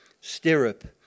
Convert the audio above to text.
stirrup